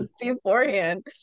beforehand